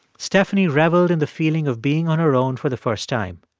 stephanie reveled in the feeling of being on her own for the first time.